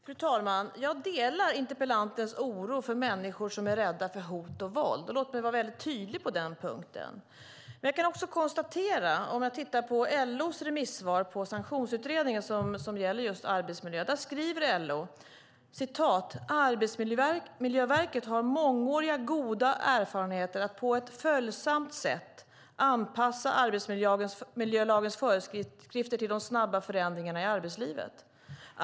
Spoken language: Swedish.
Fru talman! Jag delar interpellantens oro för människor som är rädda för hot och våld; låt mig vara tydlig på den punkten. Jag kan konstatera att LO i sitt remissvar på sanktionsutredningen som gäller just arbetsmiljö skriver: "Arbetsmiljöverket har mångåriga goda erfarenheter av att på ett följsamt sätt anpassa arbetsmiljölagens föreskrifter till de snabba förändringarna i arbetslivet.